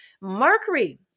Mercury